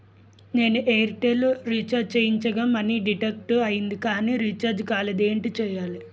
నేను Airtel recharge చేయించగా money deduct అయ్యింది కానీ రీఛార్జ్ కాలేదు ఏంటి చేయాలి?